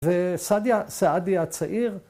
‫וסעדיה הצעיר...